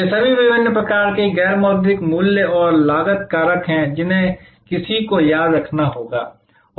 ये सभी विभिन्न प्रकार के गैर मौद्रिक मूल्य और लागत कारक हैं जिन्हें किसी को याद रखना होगा